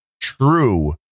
true